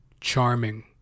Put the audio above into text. charming